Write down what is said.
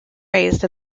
raised